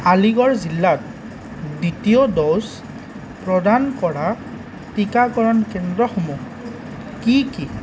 আলিগড় জিলাত দ্বিতীয় ড'জ প্ৰদান কৰা টিকাকৰণ কেন্দ্ৰসমূহ কি কি